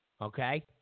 Okay